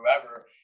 whoever